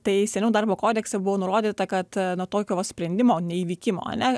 tai seniau darbo kodekse buvo nurodyta kad nuo tokio sprendimo neįvykimo ane